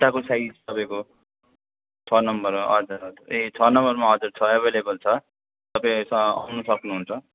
खुट्टाको साइज तपाईँको छ नम्बर हजुर हजुर ए छ नम्बरमा छ एभेलेबल छ तपाईँ यसो आउनु सक्नुहुन्छ